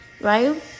right